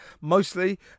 Mostly